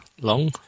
long